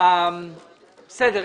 בסדר.